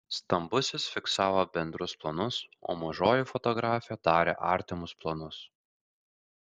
stambusis fiksavo bendrus planus o mažoji fotografė darė artimus planus